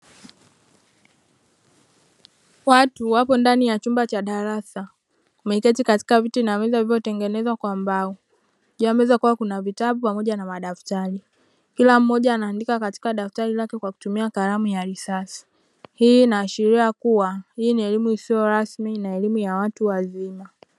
Watu wapo ndani ya chumba cha darasa wameketi katika viti na meza vilivyotengenezwa kwa mbao, juu ya meza kukiwa kuna vitabu pamoja na madaftari, kila mmoja anaandika katika daftari lake kwa kutumia kalamu ya risasi, hii inaashiria kuwa hii ni elimu isiyokuwa rasmi na elimu ya wat wazima.